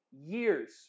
years